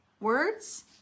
Words